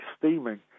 steaming